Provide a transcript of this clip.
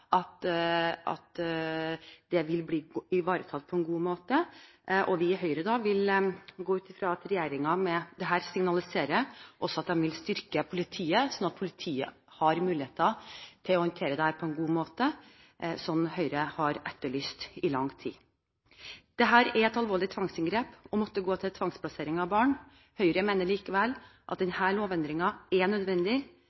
Vi i Høyre går ut fra at regjeringen med dette også signaliserer at de vil styrke politiet, sånn at politiet har muligheter til å håndtere dette på en god måte, slik Høyre har etterlyst i lang tid. Det er et alvorlig inngrep å måtte gå til tvangsplassering av barn. Høyre mener likevel at